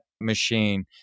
machine